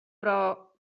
però